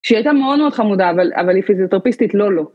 ‫שהיא היתה מאוד מאוד חמודה, ‫אבל היא פיזיותרפיסטית לא לו.